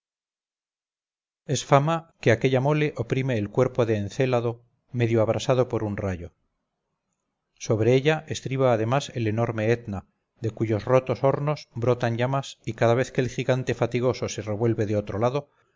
es fama que aquella mole oprime el cuerpo de encélado medio abrasado por un rayo sobre ella estriba además el enorme etna de cuyos rotos hornos brotan llamas y cada vez que el gigante fatigoso se revuelve de otro lado